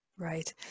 Right